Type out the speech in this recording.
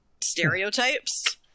stereotypes